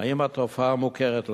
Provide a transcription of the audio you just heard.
האם התופעה מוכרת להם.